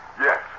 Yes